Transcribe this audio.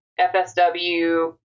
FSW